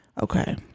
Okay